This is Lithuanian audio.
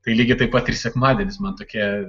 tai lygiai taip pat ir sekmadienis man tokia